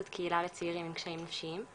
זאת קהילה לצעירים עם קשיים נפשיים.